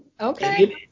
okay